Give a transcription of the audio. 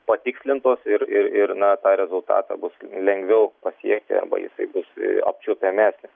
patikslintos ir ir na tą rezultatą bus lengviau pasiekti arba jisai bus apčiuopiamesnis